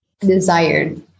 desired